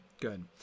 good